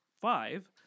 five